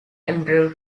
emperor